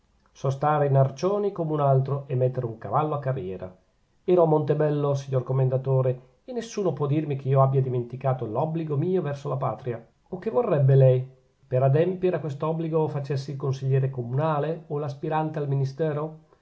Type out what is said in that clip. stare in arcioni come un altro e mettere un cavallo a carriera ero a montebello signor commendatore e nessuno può dirmi che io abbia dimenticato l'obbligo mio verso la patria o che vorrebbe lei che per adempiere a quest'obbligo facessi il consigliere comunale o l'aspirante al ministero